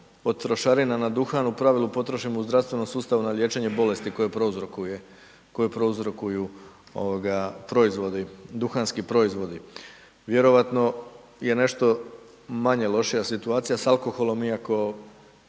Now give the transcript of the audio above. trošarina na duhan u pravilu potrošimo u zdravstvenom sustavu na liječenje bolesti koje prouzrokuju duhanski proizvodi. Vjerojatno je nešto manje lošija situacija sa alkoholom iako